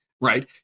right